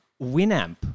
Winamp